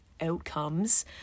outcomes